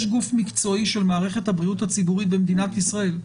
גוף מקצועי של מערכת הבריאות הציבורית במדינת ישראל,